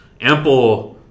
ample